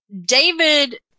david